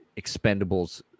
expendables